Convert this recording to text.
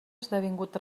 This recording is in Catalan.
esdevingut